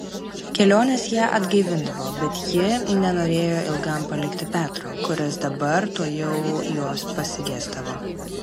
kelionės ją atgaivindavo bet ji nenorėjo ilgam palikti petro kuris dabar tuojau jos pasigesdavo